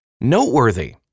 Noteworthy